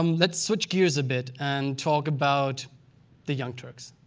um let's switch gears a bit and talk about the young turks.